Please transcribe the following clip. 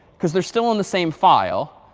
because they're still in the same file.